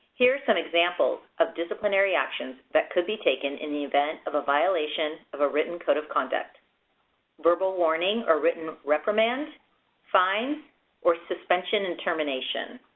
here are some examples of disciplinary actions that could be taken in the event of a violation of a written code of conduct verbal warning or written reprimand fines or suspension or and termination